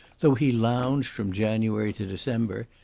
though he lounged from january to december,